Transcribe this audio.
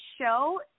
show